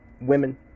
women